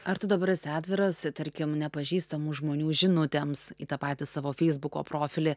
ar tu dabar esi atviras e tarkim nepažįstamų žmonių žinutėms į tą patį savo feisbuko profilį